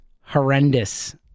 horrendous